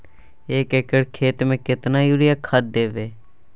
एक एकर खेत मे केतना यूरिया खाद दैबे?